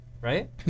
right